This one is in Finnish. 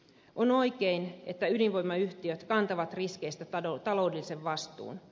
on oikein että ydinvoimayhtiöt kantavat riskeistä taloudellisen vastuun